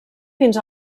fins